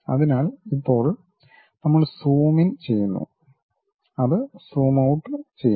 അതിനാൽ ഇപ്പോൾ നമ്മൾ സൂം ഇൻ ചെയ്യുന്നു അത് സൂം ഔട്ട് ചെയ്യുന്നു